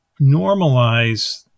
normalize